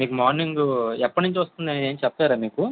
మీకు మార్నింగ్ ఎప్పటి నుంచి వస్తుంది అని ఏమి చెప్పారా మీకు